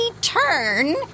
turn